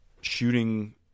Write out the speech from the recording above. shooting